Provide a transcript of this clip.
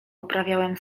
uprawiałem